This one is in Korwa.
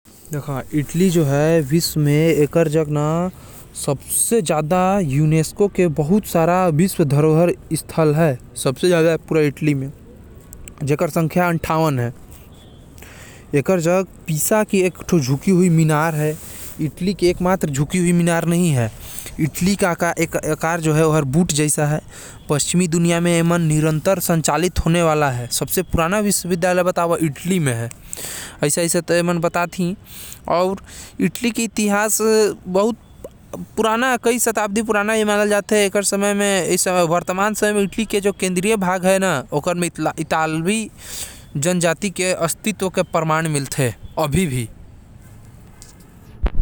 इटली म सबसे विश्व धरोहर स्थल हवे। जो हर कुल अंठावन टे हवे। इटली के आकार एक बूट जैसा है अउ दुनिया के सबसे पुराना विश्वविद्यालय भी इटली म हवे।